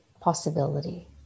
possibility